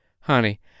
Honey